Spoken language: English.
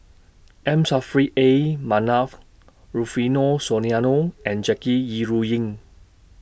M Saffri A Manaf Rufino Soliano and Jackie Yi Ru Ying